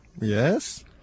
Yes